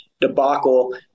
debacle